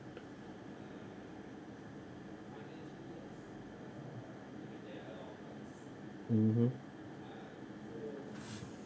mmhmm